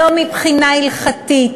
לא מבחינה הלכתית